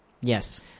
Yes